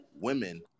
women